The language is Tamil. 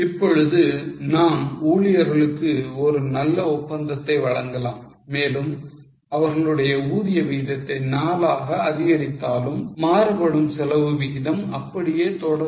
இப்பொழுது நாம் ஊழியர்களுக்கு ஒரு நல்ல ஒப்பந்தத்தை வழங்கலாம் மேலும் அவர்களுடைய ஊதிய விகிதத்தை 4 ஆக அதிகரித்தாலும் மாறுபடும் செலவு விகிதம் அப்படியே தொடரும்